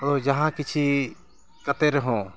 ᱟᱫᱚ ᱡᱟᱦᱟᱸ ᱠᱤᱪᱷᱤ ᱠᱟᱛᱮᱫ ᱨᱮᱦᱚᱸ